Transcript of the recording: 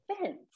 fence